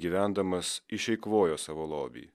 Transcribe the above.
gyvendamas išeikvojo savo lobį